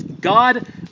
God